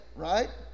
right